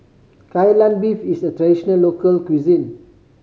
Kai Lan Beef is a traditional local cuisine